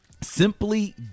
Simply